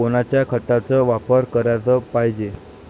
कोनच्या खताचा वापर कराच पायजे?